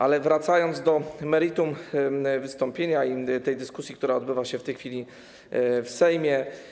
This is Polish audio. Ale wracam do meritum wystąpienia i tej dyskusji, która odbywa się w tej chwili w Sejmie.